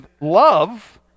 love